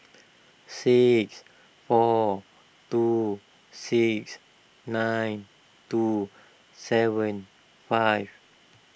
six four two six nine two seven five